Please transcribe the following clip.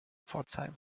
pforzheim